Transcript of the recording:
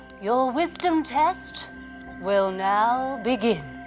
your wisdom test will now begin.